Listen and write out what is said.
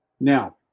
now